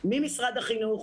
ממשרד החינוך